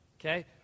okay